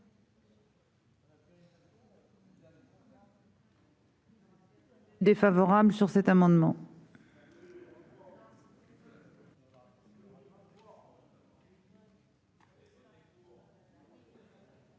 favorable sur cet amendement,